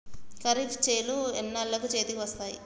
ఖరీఫ్ చేలు ఎన్నాళ్ళకు చేతికి వస్తాయి?